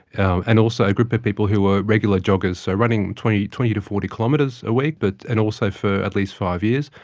and also a group of people who were regular joggers, so running twenty twenty to forty kilometres a week, but and also for at least five years,